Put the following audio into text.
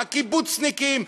הקיבוצניקים,